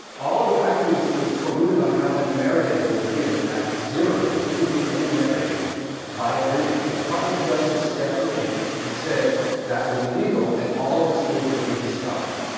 all of the ivy league schools colluded on how much merit aid they would give at zero. they didn't give any merit aid by agreement. the department of justice stepped in and said that was illegal and all of the schools agreed to stop.